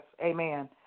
Amen